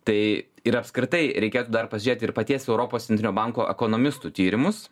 tai ir apskritai reikėtų dar pažiūrėti ir paties europos centrinio banko ekonomistų tyrimus